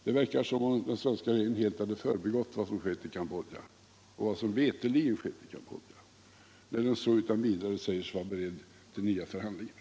Det verkar som om det helt hade förbigått den svenska regeringen vad som veterligen skett i Cambodja, när den utan vidare säger sig vara beredd till nya förhandlingar.